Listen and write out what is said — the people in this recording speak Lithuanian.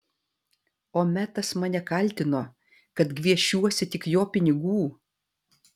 o metas mane kaltino kad gviešiuosi tik jo pinigų